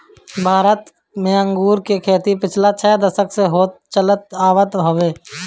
भारत में अंगूर के खेती पिछला छह दशक से होत चलत आवत हवे